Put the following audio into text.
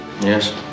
Yes